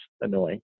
annoying